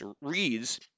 reads